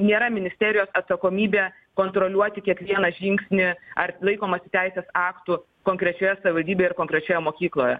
nėra ministerijos atsakomybė kontroliuoti kiekvieną žingsnį ar laikomasi teisės aktų konkrečioje savivaldybėje ir konkrečioje mokykloje